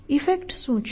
effect શું છે